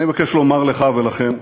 אני מבקש לומר לך, ולכם: